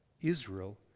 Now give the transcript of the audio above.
Israel